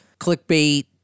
clickbait